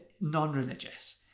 non-religious